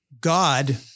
God